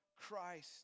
Christ